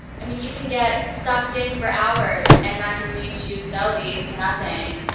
i mean you can get sucked in for hours and that can lead to no leads, nothing.